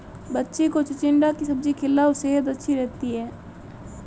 बच्ची को चिचिण्डा की सब्जी खिलाओ, सेहद अच्छी रहती है